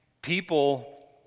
People